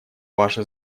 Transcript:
ваше